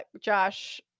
Josh